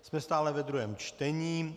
Jsme stále ve druhém čtení.